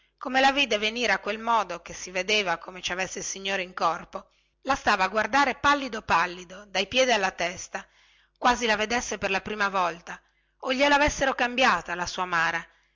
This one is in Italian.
come la vide venire a quel modo che si vedeva come ci avesse il signore in corpo la stava a guardare pallido pallido dai piedi alla testa come la vedesse per la prima volta o gliela avessero cambiata la sua mara